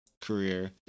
career